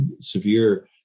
severe